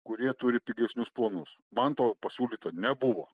kurie turi pigesnius planus man to pasiūlyta nebuvo